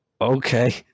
Okay